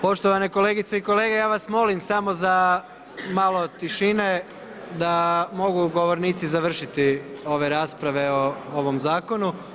Poštovane kolegice i kolege, ja vas molim samo za malo tišine, da mogu govornici završiti ove rasprave o ovom zakonu.